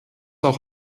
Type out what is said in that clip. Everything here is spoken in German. auch